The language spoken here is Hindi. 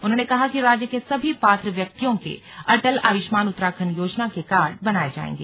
उन्होंने कहा कि राज्य के सभी पात्र व्यक्तियों के अटल आयुष्मान उत्तराखण्ड योजना के कार्ड बनाये जायेंगे